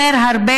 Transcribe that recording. זה אומר הרבה,